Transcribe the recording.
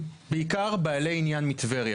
בעיקר בעלי עניין מטבריה.